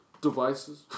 devices